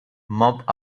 mop